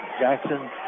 Jackson